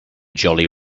jolly